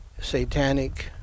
satanic